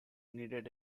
needed